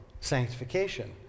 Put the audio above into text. sanctification